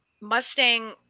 Mustang